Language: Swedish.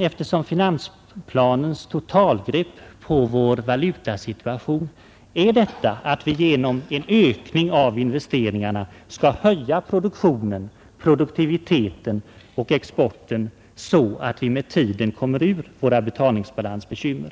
eftersom finansplanens totalgrepp på vår valutasituation är just detta, att vi genom en ökning av investeringarna skall höja produktionen, produktiviteten och exporten, så att vi med tiden kommer ur våra betalningsbalansbekymmer.